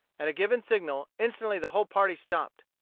at a given signal, instantly the whole party stopped.